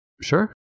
Sure